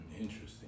interesting